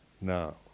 now